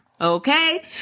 Okay